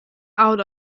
out